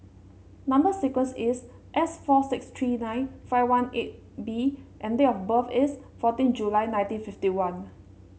number sequence is S four six three nine five one eight B and date of birth is fourteen July nineteen fifty one